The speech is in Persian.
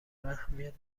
اهمیت